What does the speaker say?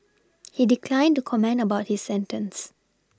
he declined to comment about his sentence